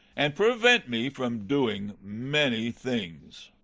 and prevent me from doing many things.